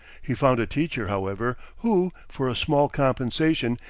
he found a teacher, however, who, for a small compensation,